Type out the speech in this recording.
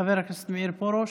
חבר הכנסת מאיר פרוש,